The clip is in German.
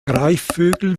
greifvögel